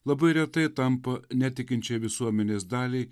labai retai tampa netikinčiai visuomenės daliai